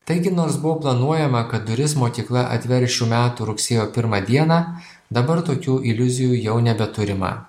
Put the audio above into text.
taigi nors buvo planuojama kad duris mokykla atvers šių metų rugsėjo pirmą dieną dabar tokių iliuzijų jau nebeturima